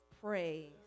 praise